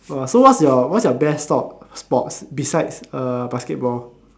oh so what's your what's your best sport sports beside uh basketball